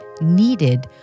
needed